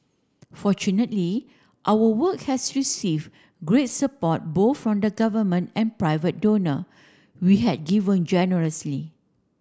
fortunately our work has received great support both from the Government and private donor we had given generously